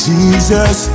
Jesus